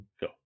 Go